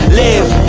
live